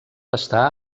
està